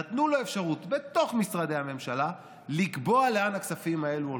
נתנו לו אפשרות בתוך משרדי הממשלה לקבוע לאן הכספים האלה הולכים.